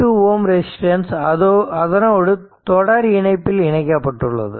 2 Ω resistance அதனோடு தொடர் இணைப்பில் இணைக்கப்பட்டுள்ளது